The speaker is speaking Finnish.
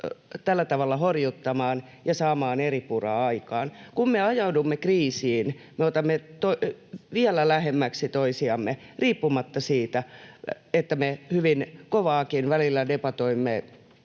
tällä tavalla horjuttamaan ja saamaan eripuraa aikaan. Kun me ajaudumme kriisiin, me tulemme vielä lähemmäksi toisiamme riippumatta siitä, että me hyvin kovaakin välillä debatoimme